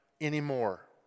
anymore